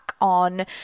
on